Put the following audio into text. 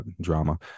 drama